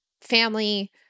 family